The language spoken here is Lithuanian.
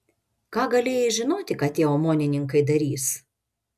ką galėjai žinoti ką tie omonininkai darys